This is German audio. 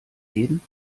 jeden